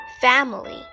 family